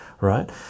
right